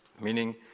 Meaning